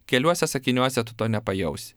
keliuose sakiniuose tu to nepajausi